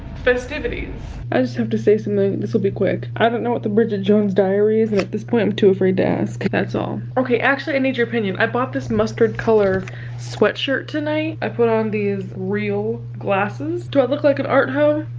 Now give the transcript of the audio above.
festivities! i just have to say something. this will be quick. i don't know what the bridget jones diary is and at this point, i'm too afraid to ask. that's all. okay actually i need your opinion. i bought this mustard colored sweatshirt tonight. i put on these real glasses. do i look like an art hoe?